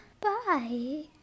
bye